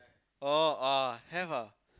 oh oh have ah